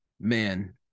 Man